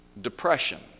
Depression